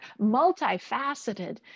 multifaceted